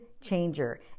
changer